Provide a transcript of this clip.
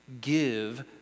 give